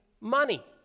money